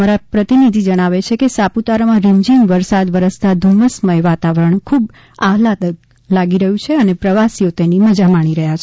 અમારા ડાંગના પ્રતિનિધિ જણાવે છે કે સાપુતારામાં રીમઝીમ વરસાદ વરસતા ધુમ્મસમય વાતાવરણ ખૂબ આહલાદક લાગી રહ્યું છે અને પ્રવાસીઓ તેની મજા માણી રહ્યા છે